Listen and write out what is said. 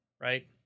Right